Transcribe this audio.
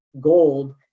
gold